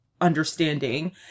understanding